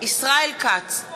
ישראל כץ,